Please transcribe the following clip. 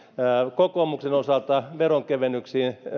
kokoomuksen osalta veronkevennyksiin